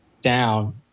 down